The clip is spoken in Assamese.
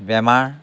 বেমাৰ